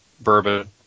bourbon